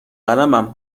قلمم